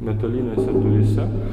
metalinėse duryse